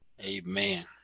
amen